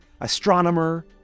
astronomer